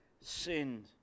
sinned